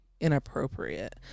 inappropriate